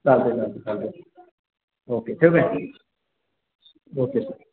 चालते चालते चालते ओके ठेवू काय ओके